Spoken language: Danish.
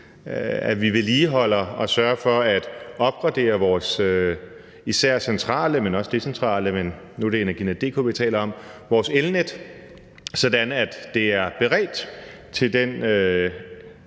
at vi vedligeholder og sørger for at opgradere vores især centrale, men også decentrale – men nu er det Energinet, vi taler om – elnet, sådan at det er beredt til den